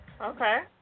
Okay